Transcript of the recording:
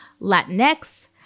Latinx